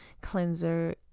cleanser